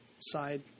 side